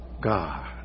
God